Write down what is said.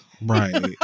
right